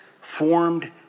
formed